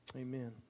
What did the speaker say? Amen